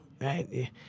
right